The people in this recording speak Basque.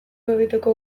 egiteko